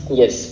Yes